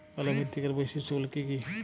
কালো মৃত্তিকার বৈশিষ্ট্য গুলি কি কি?